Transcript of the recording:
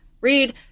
read